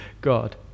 God